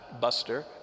buster